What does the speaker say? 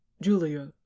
julia